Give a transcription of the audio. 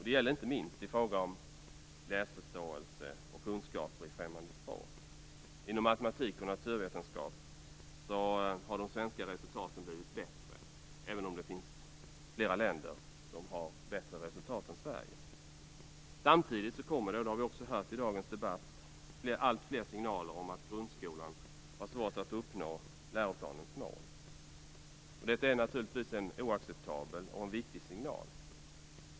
Det gäller inte minst i fråga om läsförståelse och kunskaper i främmande språk. Inom matematik och naturvetenskap har de svenska resultaten blivit bättre, även om det finns flera länder som har bättre resultat än Sverige. Samtidigt kommer det, som vi också hört i dagens debatt, alltfler signaler om att grundskolan har svårt att uppnå läroplanens mål. Detta är naturligtvis en oacceptabel och viktig signal.